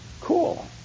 Cool